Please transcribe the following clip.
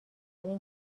این